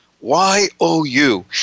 Y-O-U